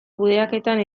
kudeaketan